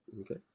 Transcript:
Okay